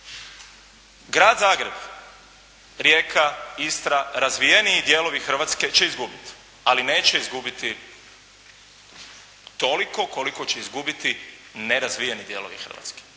Grad Zagreb, Rijeka, Istra, razvijeniji dijelovi Hrvatske će izgubiti, ali neće izgubiti toliko koliko će izgubiti nerazvijeni dijelovi Hrvatske.